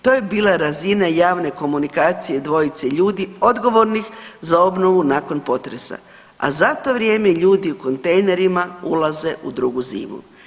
To je bila razina javne komunikacije dvojice ljudi odgovornih za obnovu nakon potresa, a za to vrijeme ljudi u kontejnerima ulaze u drugu zimu.